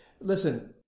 listen